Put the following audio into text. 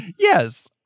Yes